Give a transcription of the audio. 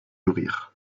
rire